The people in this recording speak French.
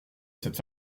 cette